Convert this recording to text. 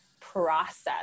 process